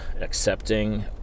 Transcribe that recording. accepting